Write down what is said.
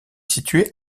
située